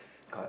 correct